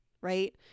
right